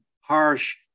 harsh